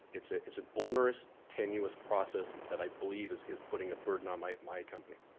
it's ah it's an onerous, tenuous process that i believe is is putting a burden on my my company.